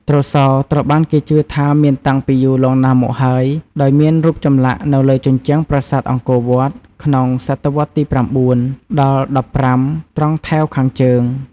ទ្រសោត្រូវបានគេជឿថាមានតាំងពីយូរលង់ណាស់មកហើយ ដោយមានរូបចម្លាក់នៅលើជញ្ជាំងប្រាសាទអង្គរវត្ត ក្នុង សតវត្សទី៩ ដល់ ១៥ ត្រង់ថែវខាងជើង។